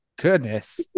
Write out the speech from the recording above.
Goodness